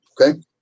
Okay